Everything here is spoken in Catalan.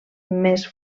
més